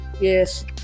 yes